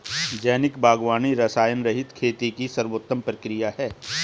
जैविक बागवानी रसायनरहित खेती की सर्वोत्तम प्रक्रिया है